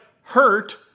hurt